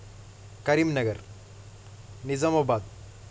Karimnagar Nizamabad